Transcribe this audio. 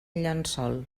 llençol